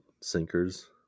sinkers